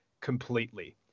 completely